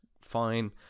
fine